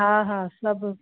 हा हा सभु